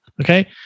Okay